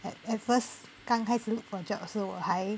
at at first 刚开始 look for job 的时候我还